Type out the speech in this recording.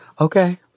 Okay